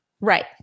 right